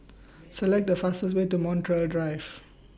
Select The fastest Way to Montreal Drive